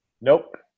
Nope